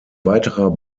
weiterer